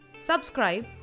Subscribe